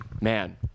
Man